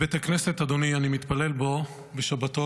אדוני, בבית הכנסת שאני מתפלל בו בשבתות,